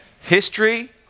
History